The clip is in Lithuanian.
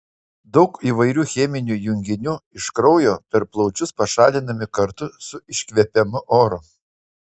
daug įvairių cheminių junginių iš kraujo per plaučius pašalinami kartu su iškvepiamu oru